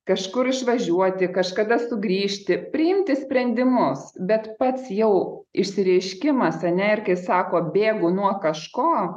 kažkur išvažiuoti kažkada sugrįžti priimti sprendimus bet pats jau išsireiškimas ar ne irgi sako bėgu nuo kažko